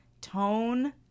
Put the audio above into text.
tone